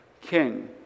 king